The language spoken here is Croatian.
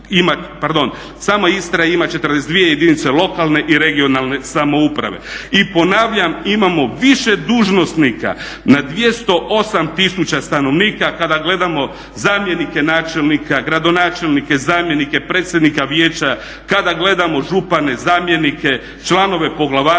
Samo Istra ima 42 jedinice lokalne i regionalne samouprave. I ponavljam, imamo više dužnosnika na 208 000 stanovnika kada gledamo zamjenike načelnika, gradonačelnike, zamjenike, predsjednika vijeća, kada gledamo župane, zamjenike, članove poglavarstava,